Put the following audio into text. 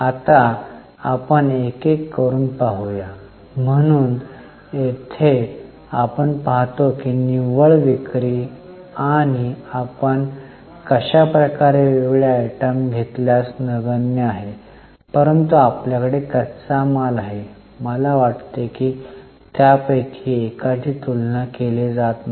आता आपण एक एक करून पाहूया म्हणून येथे आपण पाहतो की निव्वळ विक्री आणि आपण कशाप्रकारे वेगवेगळे आयटम घेतल्यास नगण्य आहे परंतु आपल्याकडे कच्चा माल आहे मला वाटते की त्यापैकी एकाची तुलना केली जात नाही